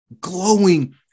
glowing